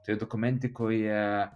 tai dokumentikoje